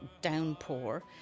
downpour